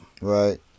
Right